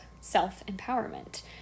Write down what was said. self-empowerment